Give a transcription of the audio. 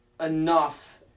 enough